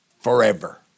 forever